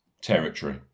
territory